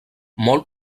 molt